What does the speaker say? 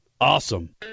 Awesome